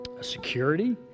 security